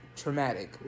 Traumatic